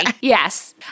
yes